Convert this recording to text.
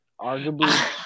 Arguably